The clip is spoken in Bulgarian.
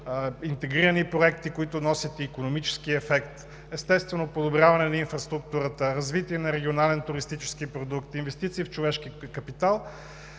интегрирани проекти, които носят и икономическия ефект; естествено, подобряване на инфраструктура; развитие на регионален туристически продукт; инвестиция в човешки капитал